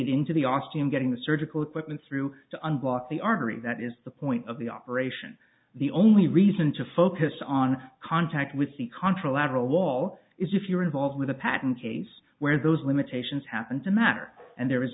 it into the austrian getting the surgical equipment through to unbolt the artery that is the point of the operation the only reason to focus on contact with the contra lateral wall is if you're involved with a patent case where those limitations happen to matter and there